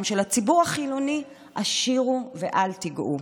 של הציבור החילוני השאירו ואל תיגעו.